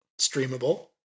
streamable